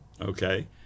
Okay